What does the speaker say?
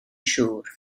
siŵr